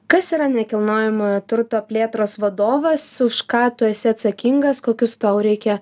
kas yra nekilnojamojo turto plėtros vadovas už ką tu esi atsakingas kokius tau reikia